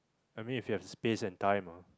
I mean if you have the space and time ah